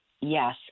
yes